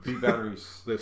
Batteries